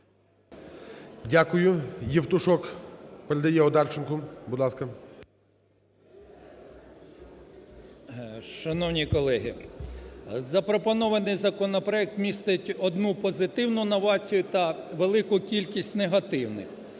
Дякую. Євтушок передає Одарченку. Будь ласка. 17:14:19 ОДАРЧЕНКО Ю.В. Шановні колеги, запропонований законопроект містить одну позитивну новацію та велику кількість негативних.